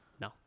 No